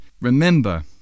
remember